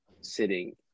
sitting